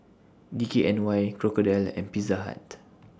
D K N Y Crocodile and Pizza Hut